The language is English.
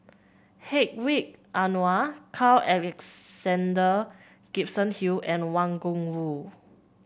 Hedwig Anuar Carl Alexander Gibson Hill and Wang Gungwu